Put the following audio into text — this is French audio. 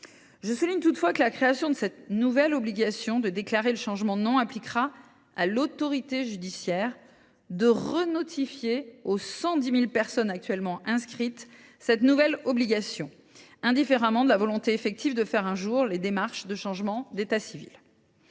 Je souligne toutefois que la création de cette nouvelle obligation de déclaration d’un changement de nom implique que l’autorité judiciaire devra notifier aux 110 000 personnes actuellement inscrites dans ce fichier cette nouvelle obligation, indifféremment de leur volonté effective d’entreprendre un jour des démarches de changement d’état civil.